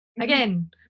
again